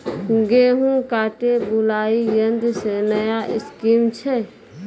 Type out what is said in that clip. गेहूँ काटे बुलाई यंत्र से नया स्कीम छ?